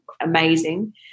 amazing